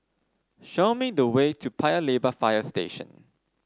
show me the way to Paya Lebar Fire Station